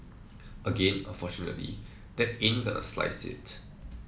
again unfortunately that ain't gonna slice it